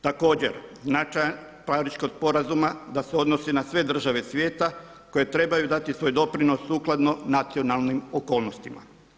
Također, značaj Pariškog sporazuma da se odnosi na sve države svijeta koje trebaju dati svoj doprinos sukladno nacionalnim okolnostima.